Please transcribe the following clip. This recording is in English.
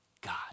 God